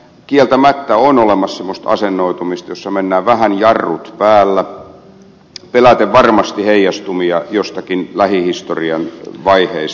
kieltämättä on olemassa semmoista asennoitumista jossa mennään vähän jarrut päällä peläten varmasti heijastumia joistakin lähihistorian vaiheista